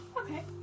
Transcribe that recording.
Okay